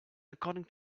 according